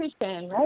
right